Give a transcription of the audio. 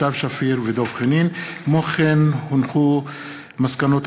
סתיו שפיר ודב חנין בנושא: היעדר בסיס תקציבי